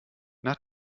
nach